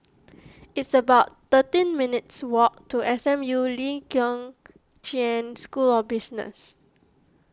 it's about thirteen minutes' walk to S M U Lee Kong Chian School of Business